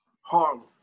Harlem